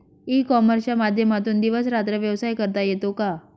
E कॉमर्सच्या माध्यमातून दिवस रात्र व्यवसाय करता येतो का?